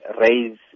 raise